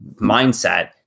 mindset